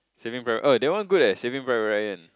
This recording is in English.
Saving Ry~ oh that one go Saving by Ryan